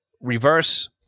reverse